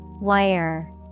Wire